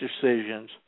decisions